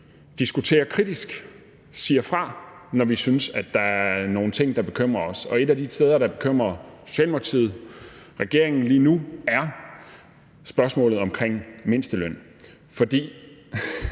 diskuterer kritisk og siger fra, når vi synes, der er nogle ting, der bekymrer os. Et af de steder, der bekymrer Socialdemokratiet og regeringen lige nu, er spørgsmålet om mindsteløn –